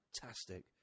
fantastic